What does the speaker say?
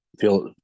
feel